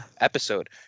episode